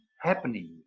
happening